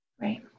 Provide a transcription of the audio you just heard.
Right